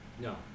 no